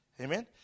Amen